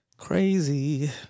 Crazy